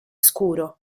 scuro